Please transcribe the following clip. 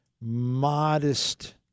modest